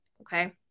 Okay